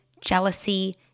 jealousy